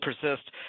persist